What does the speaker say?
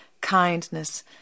kindness